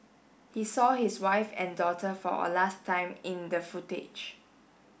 he saw his wife and daughter for a last time in the footage